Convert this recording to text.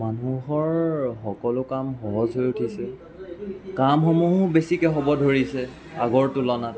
মানুহৰ সকলো কাম সহজ হৈ উঠিছে কামসমূ্হো বেছিকৈ হ'ব ধৰিছে আগৰ তুলনাত